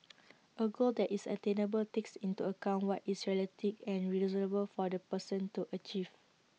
A goal that is attainable takes into account what is realistic and reasonable for the person to achieve